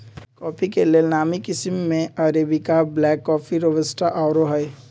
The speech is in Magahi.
कॉफी के लेल नामी किशिम में अरेबिका, ब्लैक कॉफ़ी, रोबस्टा आउरो हइ